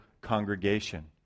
congregation